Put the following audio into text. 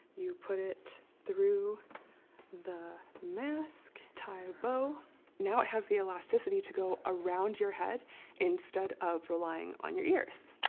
you put it through the mask. tie a bow now, it has the elasticity to go around your head instead of relying on your ears.